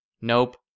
Nope